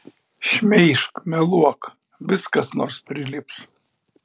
šmeižk meluok vis kas nors prilips